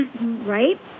right